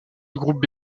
groupe